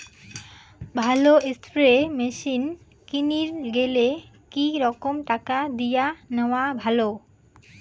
ভালো spray machine কিনির গেলে কি রকম টাকা দিয়া নেওয়া ভালো?